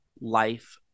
life